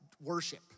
worship